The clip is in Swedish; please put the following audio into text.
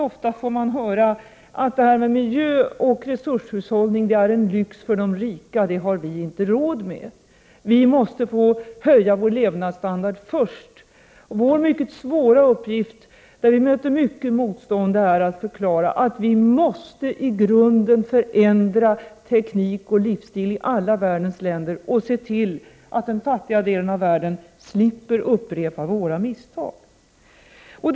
Ofta får man höra: ”Det där med miljö och resurshushållning är en lyx för de rika, den har inte vi råd med, vi måste höja vår levnadsstandard först.” Vår mycket svåra uppgift, där vi möter mycket motstånd, är att förklara att man i grunden måste förändra teknik och livsstil i alla världens länder och se till att den fattiga delen av världen slipper upprepa våra misstag.